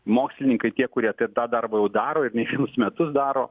mokslininkai tie kurie taip apie tą darbą jau daro ir ne vienus metus daro